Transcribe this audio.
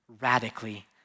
radically